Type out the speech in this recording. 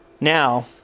Now